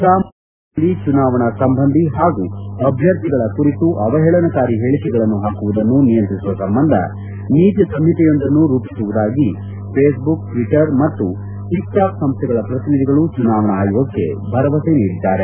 ಸಾಮಾಜಿಕ ಜಾಲತಾಣಗಳಲ್ಲಿ ಚುನಾವಣಾ ಸಂಬಂಧಿ ಹಾಗೂ ಅಭ್ಯರ್ಥಿಗಳ ಕುರಿತು ಅವಹೇಳನಕಾರಿ ಹೇಳಿಕೆಗಳನ್ನು ಪಾಕುವುದನ್ನು ನಿಯಂತ್ರಿಸುವ ಸಂಬಂಧ ನೀತಿ ಸಂಹಿತೆಯೊಂದನ್ನು ರೂಪಿಸುವುದಾಗಿ ಫೇಸ್ಬುಕ್ ಟ್ವಿಟರ್ ಮತ್ತು ಟಿಕ್ ಟಾಕ್ ಸಂಸ್ವೆಗಳ ಪ್ರತಿನಿಧಿಗಳು ಚುನಾವಣಾ ಆಯೋಗಕ್ಕೆ ಭರವಸೆ ನೀಡಿದ್ದಾರೆ